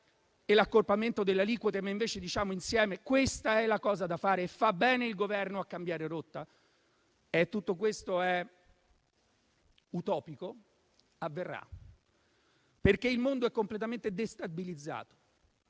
e l'accorpamento delle aliquote, ma invece diciamo insieme che questa è la cosa da fare e fa bene il Governo a cambiare rotta? Tutto questo è utopico? Avverrà, perché il mondo è completamente destabilizzato,